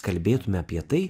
kalbėtume apie tai